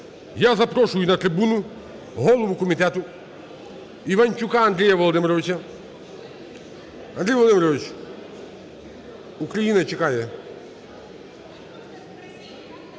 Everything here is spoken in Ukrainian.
Я запрошую на трибуну голову комітету Іванчука Андрія Володимировича. Андрій Володимирович, Україна чекає.